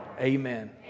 Amen